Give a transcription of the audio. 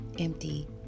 Empty